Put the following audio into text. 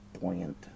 buoyant